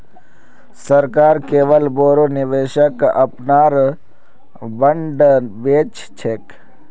सरकार केवल बोरो निवेशक अपनार बॉन्ड बेच छेक